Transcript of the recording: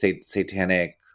Satanic